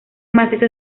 macizo